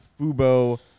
Fubo